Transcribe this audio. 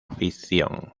ficción